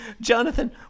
Jonathan